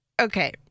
Okay